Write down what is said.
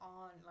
on